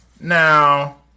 Now